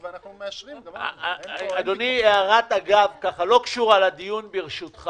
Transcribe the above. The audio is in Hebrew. מאז רואים לפחות 25% אלא רק על-פי חודשיים של מרס-אפריל.